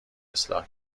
اصلاح